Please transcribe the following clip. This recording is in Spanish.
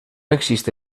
existe